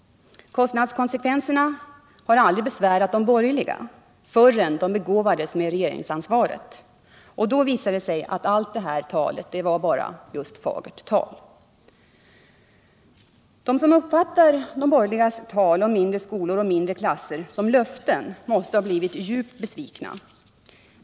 Kostnadskonsekvenserna har aldrig besvärat de borgerliga förrän de begåvats med regeringsansvaret. Då visade det sig att allt detta tal var bara fagert tal. De som uppfattar de borgerligas tal om mindre skolor och mindre klasser som löften måste ha blivit djupt besvikna.